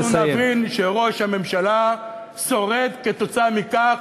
אנחנו נבין שראש הממשלה שורד כתוצאה מכך